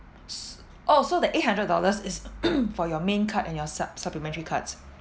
s~ oh so the eight hundred dollars is for your main card and your sup~ supplementary cards